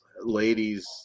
ladies